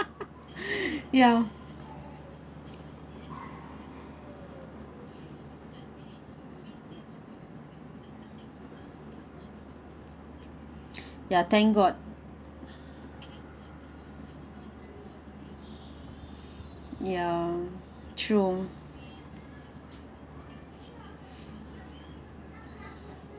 ya ya thank god ya true